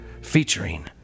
Featuring